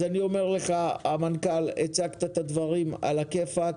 אז אני אומר לך המנכ"ל הצגת את הדברים על הכיפאק,